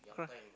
cry